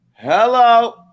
Hello